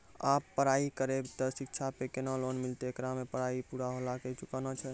आप पराई करेव ते शिक्षा पे केना लोन मिलते येकर मे पराई पुरा होला के चुकाना छै?